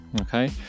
okay